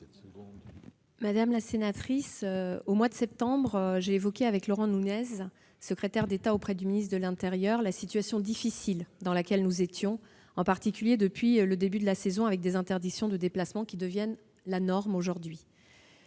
Madame la sénatrice, au mois de septembre, j'ai évoqué avec Laurent Nunez, secrétaire d'État auprès du ministre de l'intérieur, la situation difficile dans laquelle nous étions, en particulier depuis le début de la saison, les interdictions de déplacement devenant la norme aujourd'hui.